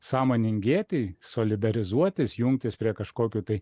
samoningėti solidarizuotis jungtis prie kažkokių tai